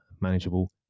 manageable